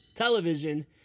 television